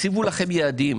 תציבו לכם יעדים.